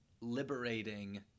liberating